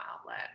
outlet